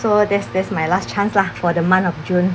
so that's that's my last chance lah for the month of june